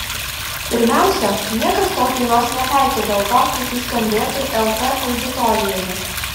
pirmiausia niekas tos dainos nepeikė dėl to kad ji skambėtų lt auditorijoje